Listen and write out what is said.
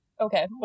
Okay